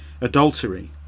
Adultery